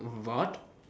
what